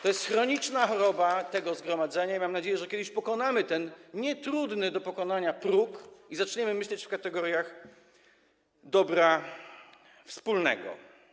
To jest chroniczna choroba tego zgromadzenia i mam nadzieję, że kiedyś pokonamy ten nietrudny do pokonania próg i zaczniemy myśleć w kategoriach dobra wspólnego.